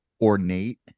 ornate